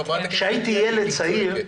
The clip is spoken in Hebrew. כשהייתי ילד צעיר,